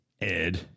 Ed